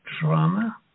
trauma